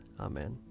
Amen